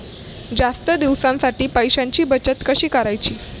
जास्त दिवसांसाठी पैशांची बचत कशी करायची?